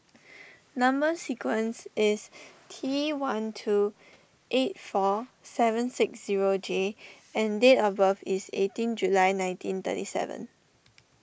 Number Sequence is T one two eight four seven six zero J and date of birth is eighteen July nineteen thirty seven